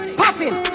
popping